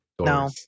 no